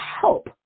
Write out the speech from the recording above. help